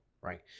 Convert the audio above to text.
right